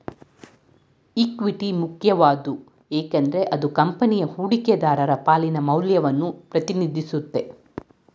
equity ಮುಖ್ಯವಾದ್ದು ಏಕೆಂದ್ರೆ ಅದು ಕಂಪನಿಯ ಹೂಡಿಕೆದಾರರ ಪಾಲಿನ ಮೌಲ್ಯವನ್ನ ಪ್ರತಿನಿಧಿಸುತ್ತೆ